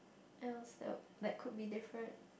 else that~ that could be different